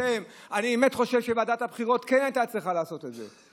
אני באמת חושב שוועדת הבחירות כן הייתה צריכה לעשות את זה.